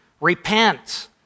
repent